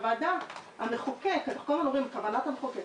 אנחנו כל הזמן אומרים כוונת המחוקק.